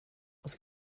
oes